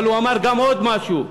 אבל הוא אמר גם עוד משהו,